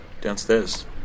downstairs